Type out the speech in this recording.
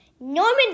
Norman